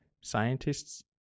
scientists